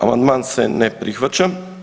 Amandman se ne prihvaća.